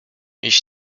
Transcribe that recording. iść